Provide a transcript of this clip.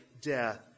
death